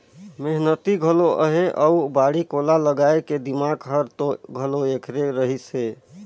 मेहनती घलो अहे अउ बाड़ी कोला लगाए के दिमाक हर तो घलो ऐखरे रहिस हे